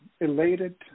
elated